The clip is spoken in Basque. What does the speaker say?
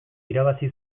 irabazi